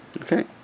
Okay